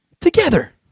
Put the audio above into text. Together